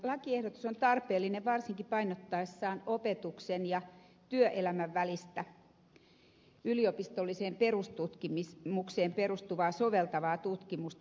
lakiehdotus on tarpeellinen varsinkin painottaessaan opetuksen ja työelämän välistä yliopistolliseen perustutkimukseen perustuvaa soveltavaa tutkimusta